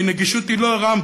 כי נגישות היא לא רמפה,